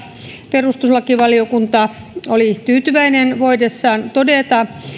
perustuslakivaliokunta oli tyytyväinen voidessaan todeta